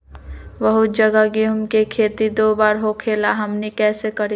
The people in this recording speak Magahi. बहुत जगह गेंहू के खेती दो बार होखेला हमनी कैसे करी?